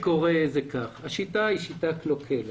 השיטה היא שיטה קלוקלת.